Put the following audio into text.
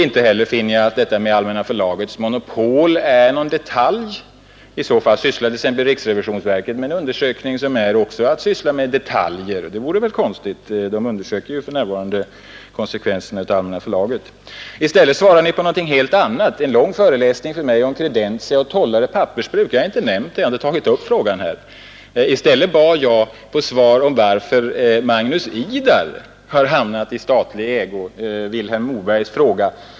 Inte heller finner jag att detta med Allmänna förlagets monopol är någon detalj — i så fall sysslar t.ex. riksrevisionsverket med en undersökning som också rör detaljer, och det vore väl konstigt. Verket undersöker för närvarande konsekvenserna av Allmänna förlagets verksamhet. I stället svarar Ni på något helt annat. Ni håller en lång föreläsning för mig om Credentia och Tollare pappersbruk. Jag har inte nämnt dem. Jag bad att få svar på den fråga som Vilhelm Moberg ställde, varför Magnus Idar AB har hamnat i statlig ägo.